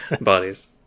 bodies